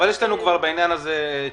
יש לנו בעניין הזה תשובה,